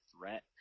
threat